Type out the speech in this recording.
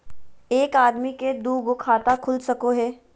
एक आदमी के दू गो खाता खुल सको है?